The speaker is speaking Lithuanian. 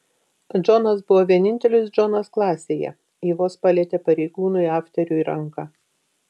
džonas buvo vienintelis džonas klasėje ji vos palietė pareigūnui afteriui ranką